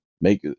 make